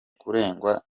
kuregwa